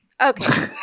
Okay